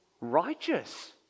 righteous